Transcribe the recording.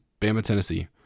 Bama-Tennessee